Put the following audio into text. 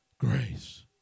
Grace